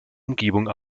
umgebung